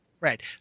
Right